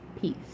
Peace